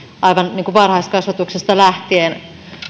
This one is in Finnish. aivan varhaiskasvatuksesta lähtien